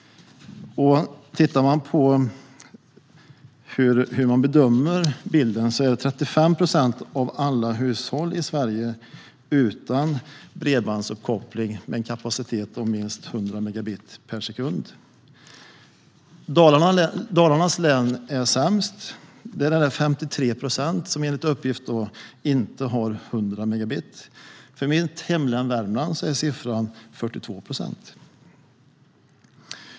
Tittar man på hur bilden ser ut ser man att 35 procent av alla hushåll i Sverige saknar bredbandsuppkoppling med en kapacitet på minst 100 megabit per sekund. Dalarnas län är sämst; där är det enligt uppgift 53 procent som inte har 100 megabit. I mitt hemlän Värmland är siffran 42 procent.